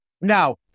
Now